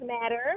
matter